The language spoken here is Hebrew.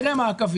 נראה מה הקווים,